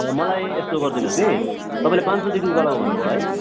मलाई यस्तो गरिदिनुहोस् कि तपाईँले पाँच सौदेखि उकालोको भन्नु भयो है